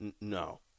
No